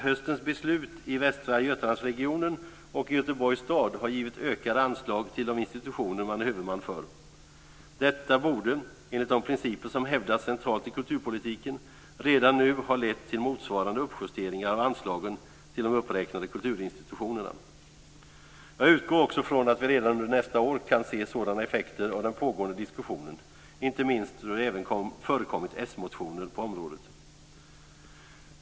Höstens beslut i Västra Götalandsregionen och i Göteborgs stad har givit ökade anslag till de institutioner man är huvudman för. Detta borde, enligt de principer som hävdas centralt i kulturpolitiken, redan nu ha lett till motsvarande uppjusteringar av anslagen till de uppräknade kulturinstitutionerna. Jag utgår också från att vi redan under nästa år kan se sådana effekter av den pågående diskussionen, inte minst då det även förekommit s-motioner på området.